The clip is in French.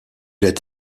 est